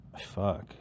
fuck